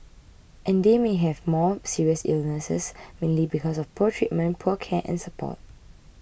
and they may have had more serious illnesses mainly because of poor treatment poor care and support